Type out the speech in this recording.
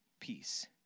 peace